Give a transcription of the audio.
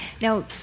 Now